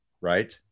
right